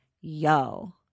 yo